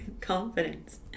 confidence